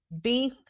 beef